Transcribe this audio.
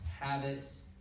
habits